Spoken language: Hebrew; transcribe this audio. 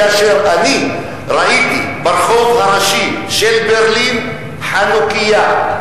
כאשר אני ראיתי ברחוב הראשי של ברלין חנוכייה,